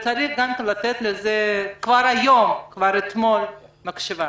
צריך להקדיש לזה כבר היום, כבר אתמול, מחשבה.